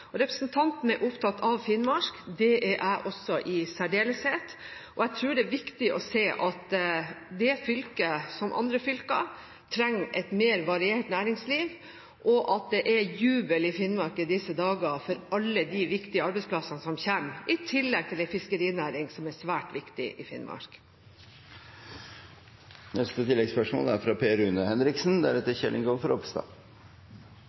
jeg tror det er viktig å se at det fylket, som andre fylker, trenger et mer variert næringsliv, og at det er jubel i Finnmark i disse dager for alle de viktige arbeidsplassene som kommer – i tillegg til en fiskerinæring, som er svært viktig i Finnmark. Mitt oppfølgingsspørsmål går til olje- og energiministeren. Det norske skattesystemet på sokkelen består i at det er